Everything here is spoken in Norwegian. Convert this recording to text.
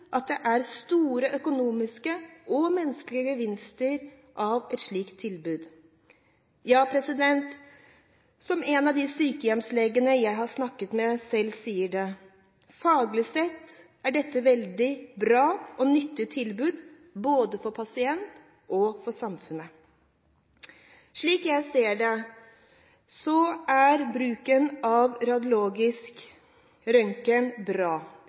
at det er store økonomiske og menneskelige gevinster av et slikt tilbud. Ja, som en av de sykehjemslegene jeg har snakket med, selv sier det: Faglig sett er dette et veldig bra og nyttig tilbud både for pasient og for samfunnet. Slik jeg ser det, er bruken av radiologisk røntgen bra.